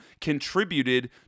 contributed